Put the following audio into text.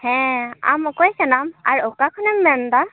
ᱦᱮᱸ ᱟᱢ ᱚᱠᱚᱭ ᱠᱟᱱᱟᱢ ᱟᱨ ᱚᱠᱟ ᱠᱷᱚᱱᱮᱢ ᱢᱮᱱ ᱮᱫᱟ